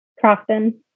Crofton